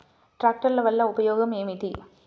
ట్రాక్టర్ల వల్ల ఉపయోగం ఏమిటీ?